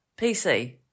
PC